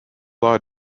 law